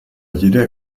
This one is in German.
jeder